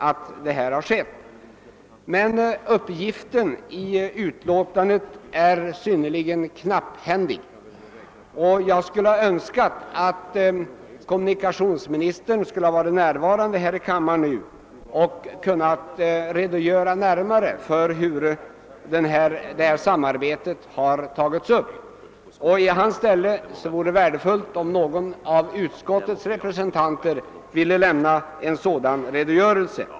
Eftersom uppgiften i utlåtandet är synnerligen knapphändig, skulle jag emellertid ha önskat att kommunikationsministern nu hade varit närvarande i denna kammare för att lämna en närmare redogörelse för det nämnda samarbetets uppläggning. Om så inte blir fallet vore det värdefullt om någon av utskottets representanter i kommunikationsministerns ställe ville lämna en sådan redogörelse.